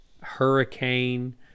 hurricane